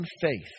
faith